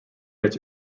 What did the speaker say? its